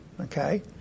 okay